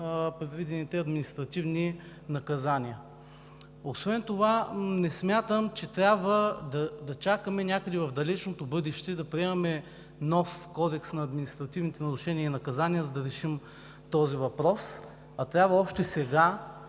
предвидените административни наказания. Освен това, не смятам, че трябва да чакаме някъде в далечното бъдеще да приемаме нов Кодекс на административните нарушения и наказания, за да решим този въпрос, а трябва още сега